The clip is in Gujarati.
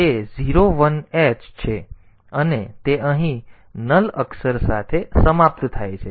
તેથી તે 01h છે અને તે અહીં નલ અક્ષર સાથે સમાપ્ત થાય છે